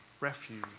refuge